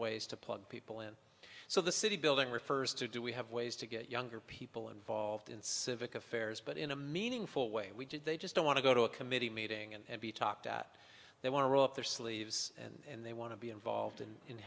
ways to plug people in so the city building refers to do we have ways to get younger people involved in civic affairs but in a meaningful way we did they just don't want to go to a committee meeting and be talked at they want to roll up their sleeves and they want to be involved and in